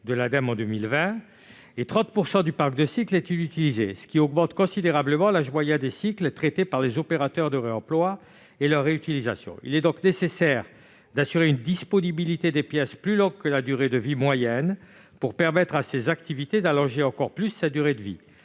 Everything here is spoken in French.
de 80 %-, et 30 % du parc des cycles sont inutilisés, ce qui augmente considérablement l'âge moyen des cycles traités par les opérateurs du réemploi et de la réutilisation. Il est donc nécessaire d'assurer une disponibilité des pièces plus longue que la durée de vie moyenne pour permettre à ces activités d'allonger encore cette dernière.